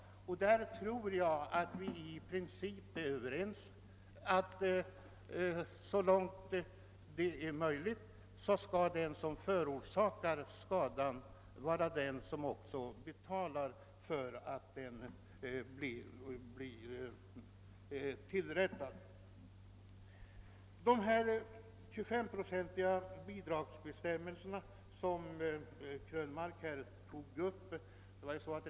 Jag tror att vi i princip är överens om att så långt det är möjligt den som förorsakar skadan också skall betala för att dess följder rättas till. Herr Krönmark tog upp bestämmelserna om de 25-procentiga bidragen.